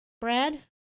Brad